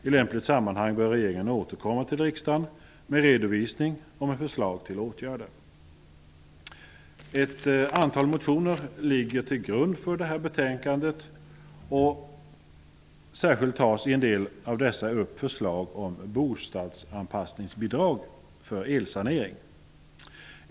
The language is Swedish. I lämpligt sammanhang bör regeringen återkomma till riksdagen med redovisning och med förslag til åtgärder. Ett antal motioner ligger till grund för detta betänkande och särskilt tas i en del av dessa upp förslag om bostadsanpassningsbidrag för elsanering.